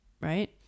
right